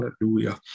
Hallelujah